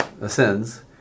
ascends